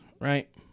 right